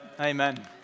Amen